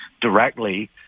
directly